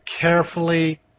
carefully